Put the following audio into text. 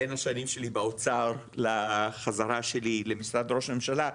בין השנים שלי באוצר לחזרה שלי למשרד ראש הממשלה,